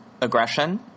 aggression